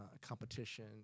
competition